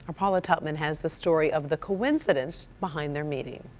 paula tutman has the story of the coincidence behind their meeting.